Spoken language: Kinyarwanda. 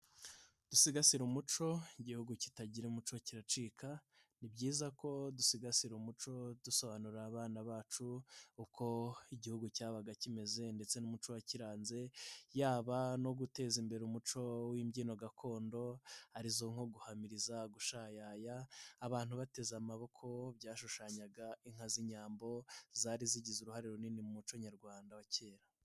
Dusigasire umuco, igihugu kitagira umuco kiracika. Ni byiza ko dusigasira umuco, dusobanurira abana bacu uko Igihugu cyabaga kimeze, ndetse n'umuco wakiranze, yaba no guteza imbere umuco w'imbyino gakondo, arizo nko guhamiriza, gushayaya abantu bateze amaboko, byashushanyaga inka z'inyambo, zari zigize uruhare runini mu muco nyarwanda wa kera.